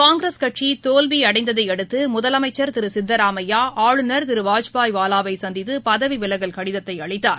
காங்கிரஸ் கட்சி தோல்வி அடைந்ததையடுத்து முதலமைச்சர் திரு சித்தராமையா ஆளுநர் திரு வாஜ்பாய் வாலாவை சந்தித்து பதவி விலகல் கடிதத்தை அளித்தார்